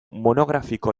monografiko